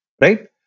Right